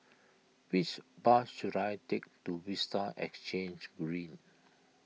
which bus should I take to Vista Exhange Green